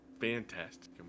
fantastic